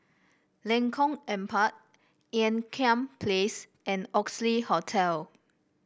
Lengkong Empat Ean Kiam Place and Oxley Hotel